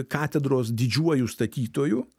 katedros didžiuoju statytoju